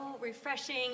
refreshing